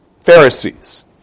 Pharisees